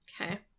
Okay